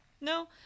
No